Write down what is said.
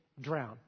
drown